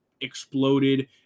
exploded